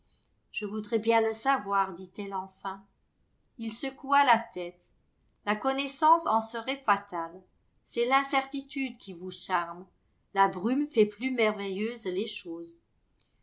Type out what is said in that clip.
je voudrais bien le savoir dit-elle enfin il secoua la tête la connaissance en serait fatale c'est l'incertitude qui vous charme la brume fait plus merveilleuses les choses